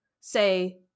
say